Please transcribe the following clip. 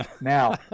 Now